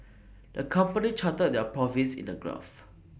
the company charted their profits in the graph